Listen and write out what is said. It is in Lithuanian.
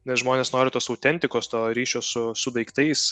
nes žmonės nori tos autentikos to ryšio su su daiktais